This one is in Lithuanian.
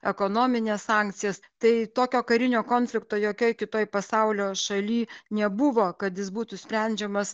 ekonomines sankcijas tai tokio karinio konflikto jokioj kitoj pasaulio šaly nebuvo kad jis būtų sprendžiamas